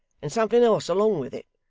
and something else along with it.